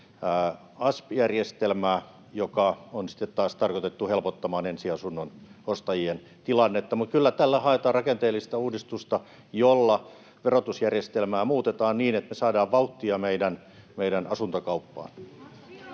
asp-järjestelmää, joka on sitten taas tarkoitettu helpottamaan ensiasunnon ostajien tilannetta. Kyllä tällä haetaan rakenteellista uudistusta, jolla verotusjärjestelmää muutetaan niin, että saadaan vauhtia meidän asuntokauppaamme.